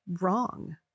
wrong